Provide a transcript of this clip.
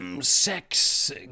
sex